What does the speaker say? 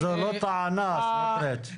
זו לא טענה, סמוטריץ'.